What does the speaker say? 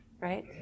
right